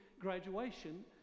graduation